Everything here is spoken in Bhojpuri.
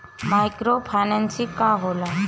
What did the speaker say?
माइक्रो फाईनेसिंग का होला?